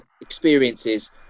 experiences